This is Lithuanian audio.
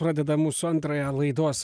pradeda mūsų antrąją laidos